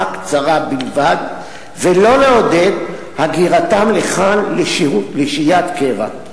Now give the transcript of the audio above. קצרה בלבד ולא לעודד הגירתם לכאן לשהיית קבע.